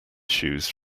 shoes